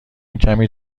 کمی